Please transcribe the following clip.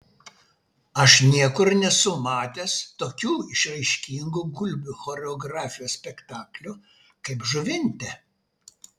aš niekur nesu matęs tokių išraiškingų gulbių choreografijos spektaklių kaip žuvinte